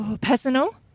Personal